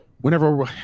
whenever